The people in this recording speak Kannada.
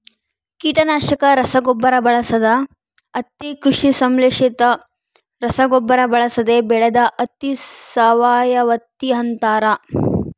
ಕೀಟನಾಶಕ ರಸಗೊಬ್ಬರ ಬಳಸದ ಹತ್ತಿ ಕೃಷಿ ಸಂಶ್ಲೇಷಿತ ರಸಗೊಬ್ಬರ ಬಳಸದೆ ಬೆಳೆದ ಹತ್ತಿ ಸಾವಯವಹತ್ತಿ ಅಂತಾರ